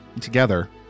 together